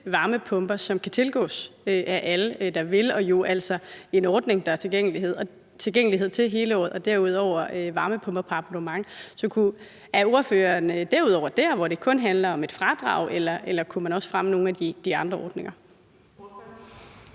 varmepumper, som kan tilgås af alle, der vil – jo altså en ordning, der er tilgængelighed til hele året – og derudover varmepumper på abonnement. Så er ordføreren der, hvor det kun handler om et fradrag, eller kunne man også fremme nogle af de andre ordninger?